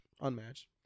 Unmatched